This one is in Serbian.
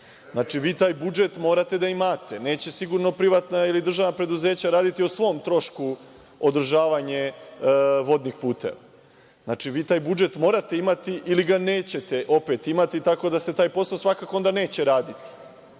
Znači, vi taj budžetmorate da imate. Neće sigurno privatna ili državna preduzeća raditi o svom trošku održavanje vodnih puteva. Znači, vi taj budžet morate imati, ili ga nećete opet imati, tako da se taj posao svakako onda neće raditi.